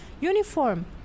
uniform